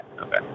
Okay